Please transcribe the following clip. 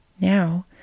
now